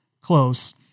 close